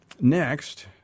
Next